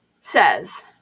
says